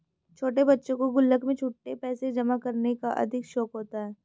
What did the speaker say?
छोटे बच्चों को गुल्लक में छुट्टे पैसे जमा करने का अधिक शौक होता है